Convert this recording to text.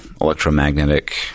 electromagnetic